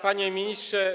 Panie Ministrze!